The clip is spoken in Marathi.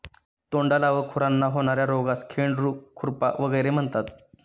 तोंडाला व खुरांना होणार्या रोगास खंडेरू, खुरपा वगैरे म्हणतात